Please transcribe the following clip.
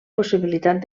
possibilitat